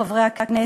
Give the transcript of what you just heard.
חברי חברי הכנסת,